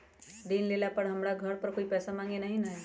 ऋण लेला पर हमरा घरे कोई पैसा मांगे नहीं न आई?